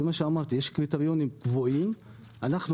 זה מה שאמרתי יש קריטריונים קבועים; אנחנו